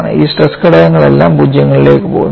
ഈ സ്ട്രെസ് ഘടകങ്ങളെല്ലാം 0 ലേക്ക് പോകുന്നു